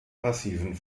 passiven